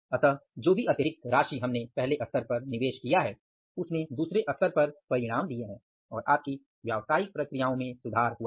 अतः जो भी अतिरिक्त राशि हमने पहले स्तर पर निवेश किया है उसने दूसरे स्तर पर परिणाम दिए है और आपकी व्यावसायिक प्रक्रियाओं में सुधार हुआ है